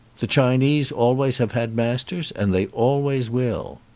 the chinese always have had masters and they always will.